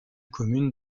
commune